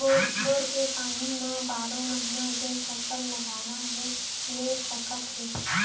bore के पानी म बारो महिना जेन फसल लगाना हे ले सकत हे